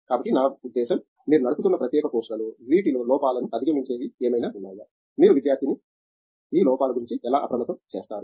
కాబట్టి నా ఉద్దేశ్యం మీరు నడుపుతున్న ప్రత్యేక కోర్సుల లో వీటిలో లోపాలను అధిగమించేవి ఏమైనా ఉన్నాయా మీరు విద్యార్థిని ఈ లోపాల గురించి ఎలా అప్రమత్తం చేస్తారు